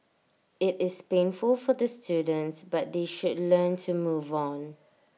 IT is painful for the students but they should learn to move on